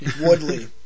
Woodley